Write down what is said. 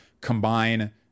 combine